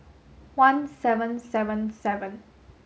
one seven seven seven